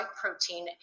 protein